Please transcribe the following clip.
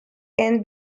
can